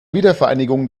wiedervereinigung